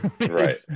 Right